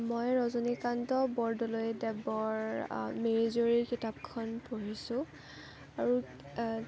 মই ৰজনীকান্ত বৰদলৈদেৱৰ মিৰি জীয়ৰী কিতাপখন পঢ়িছোঁ আৰু